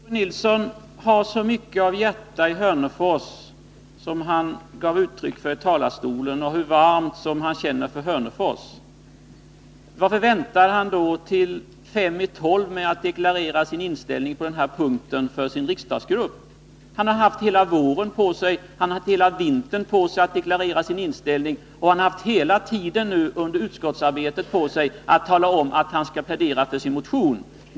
Fru talman! Om Tore Nilsson har så mycket av sitt hjärta i Hörnefors som han gav uttryck för i talarstolen och om han känner så varmt för Hörnefors, varför väntar han då till fem i 12 med att deklarera sin inställning på den här punkten för sin riksdagsgrupp? Han har haft hela vintern och våren på sig att deklarera sin inställning, och han har under hela den tid som utskottsarbetet pågått kunnat tala om att han skulle plädera för sin motion.